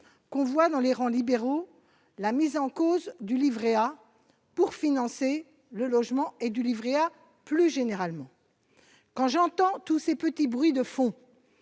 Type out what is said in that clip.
qu'on voit dans les rangs libéraux, la mise en cause du Livret A pour financer le logement et du livret A plus généralement quand j'entends tous ces petits bruits de fond